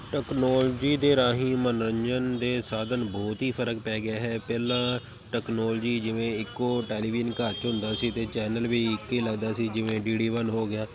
technology ਦੇ ਰਾਹੀਂ ਮਨੋਰੰਜਨ ਦੇ ਸਾਧਨ ਬਹੁਤ ਹੀ ਫਰਕ ਪੈ ਗਿਆ ਹੈ ਪਹਿਲਾਂ ਟਕਨੋਲਜੀ ਜਿਵੇਂ ਇੱਕੋ ਟੈਲੀਵਿਜ਼ਨ ਘਰ 'ਚ ਹੁੰਦਾ ਸੀ ਅਤੇ ਚੈਨਲ ਵੀ ਇੱਕ ਹੀ ਲੱਗਦਾ ਸੀ ਜਿਵੇਂ ਡੀ ਡੀ ਵਨ ਹੋ ਗਿਆ